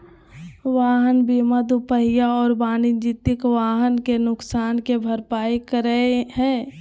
वाहन बीमा दूपहिया और वाणिज्यिक वाहन के नुकसान के भरपाई करै हइ